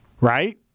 right